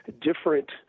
different